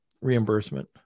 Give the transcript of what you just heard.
reimbursement